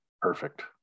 perfect